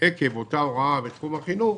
עקב אותה הוראה בתחום החינוך,